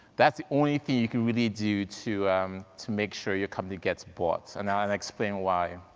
that's the only thing you can really do to um to make sure your company gets bought, and now i'll explain why.